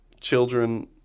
children